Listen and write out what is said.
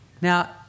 Now